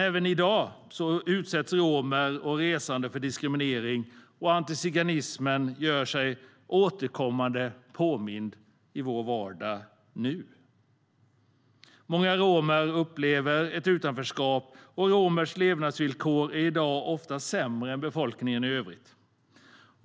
Även i dag utsätts romer och resande för diskriminering, och antiziganismen gör sig återkommande påmind i vår vardag. Många romer upplever ett utanförskap, och romers levnadsvillkor är i dag ofta sämre än för befolkningen i övrigt.